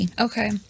Okay